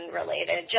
related